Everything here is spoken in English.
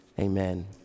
amen